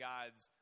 God's